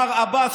מר עבאס,